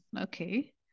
Okay